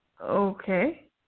Okay